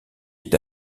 est